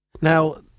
Now